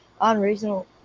unreasonable